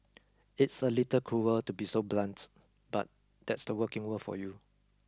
it's a little cruel to be so blunt but that's the working world for you